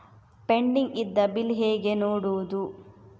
Pending ಇದ್ದ bill ಹೇಗೆ ನೋಡುವುದು?